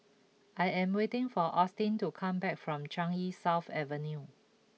I am waiting for Austin to come back from Changi South Avenue